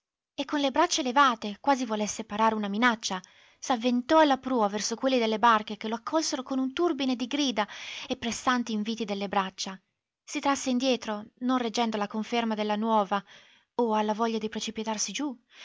e con le braccia levate quasi volesse parare una minaccia s'avventò alla prua verso quelli delle barche che lo accolsero con un turbine di grida e pressanti inviti delle braccia si trasse indietro non reggendo alla conferma della nuova o alla voglia di precipitarsi giù